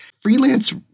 Freelance